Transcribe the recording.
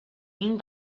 این